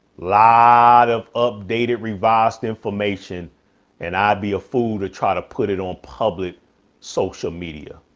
lot of updated, revised information and i'd be a fool to try to put it on public social media.